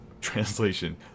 translation